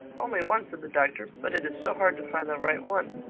only one, said the doctor but it is so hard to find the right one.